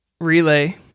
Relay